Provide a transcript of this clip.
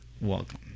welcome